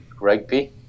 rugby